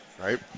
right